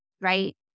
right